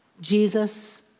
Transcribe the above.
Jesus